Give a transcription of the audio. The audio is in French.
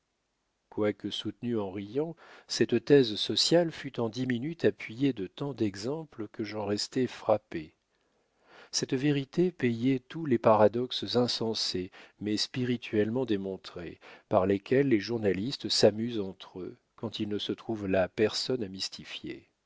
quoique soutenue en riant cette thèse sociale fut en dix minutes appuyée de tant d'exemples que j'en restai frappé cette vérité payait tous les paradoxes insensés mais spirituellement démontrés par lesquels les journalistes s'amusent entre eux quand il ne se trouve là personne à mystifier